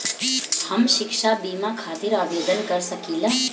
हम शिक्षा बीमा खातिर आवेदन कर सकिला?